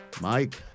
Mike